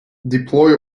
deploy